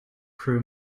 crew